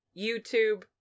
youtube